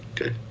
Okay